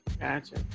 gotcha